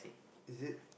is it